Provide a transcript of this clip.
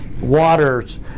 waters